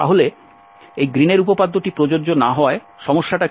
তাহলে এই গ্রীনের উপপাদ্যটি প্রযোজ্য না হওয়ায় সমস্যা কী